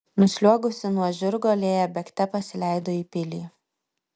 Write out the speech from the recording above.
nusliuogusi nuo žirgo lėja bėgte pasileido į pilį